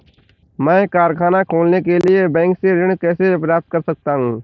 मैं कारखाना खोलने के लिए बैंक से ऋण कैसे प्राप्त कर सकता हूँ?